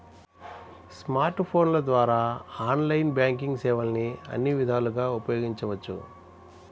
smart ఫోన్ల ద్వారా online banking సేవల్ని అన్ని విధాలుగా ఉపయోగించవచ్చు